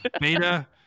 Beta